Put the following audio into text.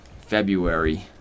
February